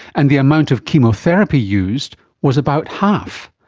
and the amount of chemotherapy used was about half,